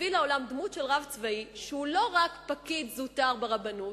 הביא לעולם דמות של רב צבאי שהוא לא רק פקיד זוטר ברבנות,